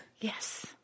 Yes